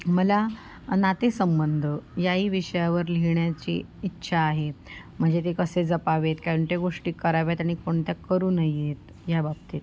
मला नातेसंबंध याही विषयावर लिहिण्याची इच्छा आहे म्हणजे ते कसे जपावेत कोणत्या गोष्टी कराव्यात आणि कोणत्या करू नयेत ह्या बाबतीत